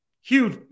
huge